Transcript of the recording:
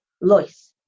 Lois